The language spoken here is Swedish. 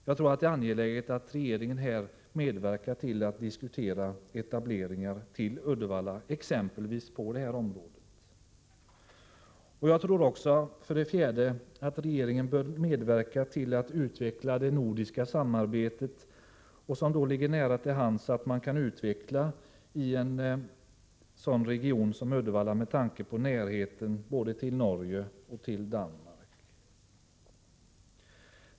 Jag tror att det är angeläget att regeringen medverkar till att diskutera etableringar i Uddevalla på exempelvis det här området. För det fjärde bör regeringen medverka till att utveckla det nordiska samarbetet, vilket ligger nära till hands i en sådan region som Uddevalla med tanke på närheten både till Norge och till Danmark.